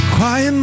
Quiet